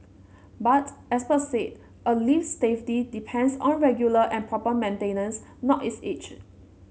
but experts said a lift's safety depends on regular and proper maintenance not its age